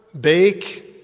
bake